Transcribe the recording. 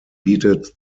bietet